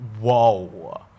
Whoa